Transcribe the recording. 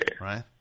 Right